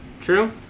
True